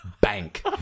bank